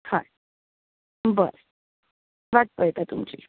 हय बरें वाट पळयतां तुमची